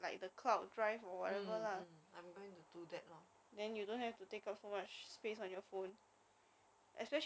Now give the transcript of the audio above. I usually like to keep things leh that's why my data always taking up so many space